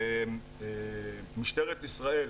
משטרת ישראל,